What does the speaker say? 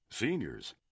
seniors